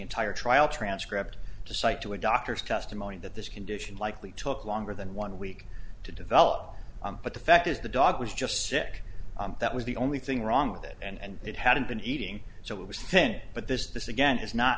entire trial transcript to cite to a doctor's testimony that this condition likely took longer than one week to develop but the fact is the dog was just sick that was the only thing wrong with it and it hadn't been eating so it was thin but this this again is not